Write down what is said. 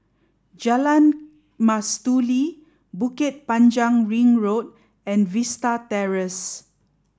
Jalan Mastuli Bukit Panjang Ring Road and Vista Terrace